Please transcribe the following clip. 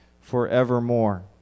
forevermore